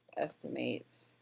estimate.